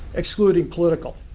excluding political.